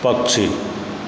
पक्षी